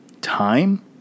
Time